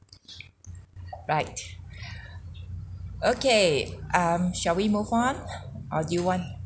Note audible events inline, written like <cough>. right <breath> okay um shall we move on or you want